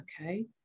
okay